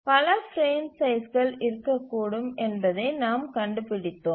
பல பிரேம் சைஸ்கள் இருக்கக்கூடும் என்பதைக் நாம் கண்டுபிடித்தோம்